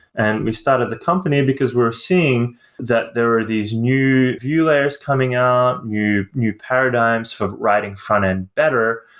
and we started the company, because we're seeing that there are these new view layers coming out, new new paradigms for riding front-end better.